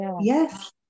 Yes